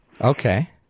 okay